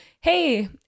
Hey